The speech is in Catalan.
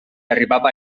arribava